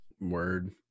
Word